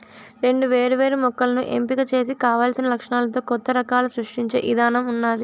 రెండు వేరు వేరు మొక్కలను ఎంపిక చేసి కావలసిన లక్షణాలతో కొత్త రకాలను సృష్టించే ఇధానం ఉన్నాది